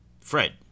Fred